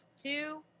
Two